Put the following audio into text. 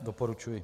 Doporučuji.